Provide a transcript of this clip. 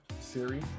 Siri